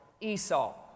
Esau